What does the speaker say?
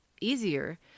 easier